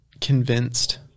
convinced